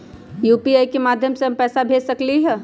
UPI के माध्यम से हम पैसा भेज सकलियै ह?